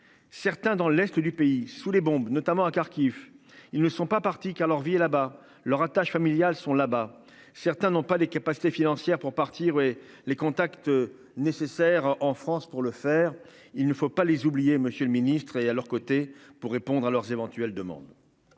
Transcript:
Certains, dans l'est du pays sous les bombes, notamment à Kharkiv. Ils ne sont pas partis qu'à leur vie là-bas leur attaches familiales sont là-bas. Certains n'ont pas les capacités financières pour partir et les contacts nécessaires en France pour le faire, il ne faut pas les oublier. Monsieur le ministre est à leurs côtés pour répondre à leurs éventuelles demandes.